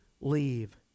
leave